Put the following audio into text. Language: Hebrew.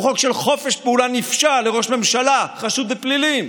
הוא חוק של חופש פעולה נפשע לראש ממשלה החשוד בפלילים.